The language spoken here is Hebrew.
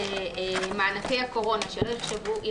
היא ביקשה שלא יראו במענקי הקורונה כהכנסה.